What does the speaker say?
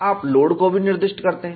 आप लोड को भी निर्दिष्ट करते हैं